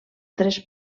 tres